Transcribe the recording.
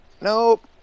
nope